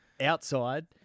outside